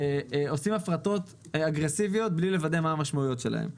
לעשות הפרטות אגרסיביות בלי לוודא מה המשמעויות שלהן.